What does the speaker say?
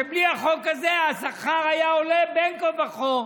שבלי החוק הזה השכר היה עולה בין כה וכה,